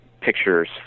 pictures